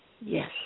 Yes